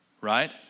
right